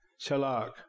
Shalak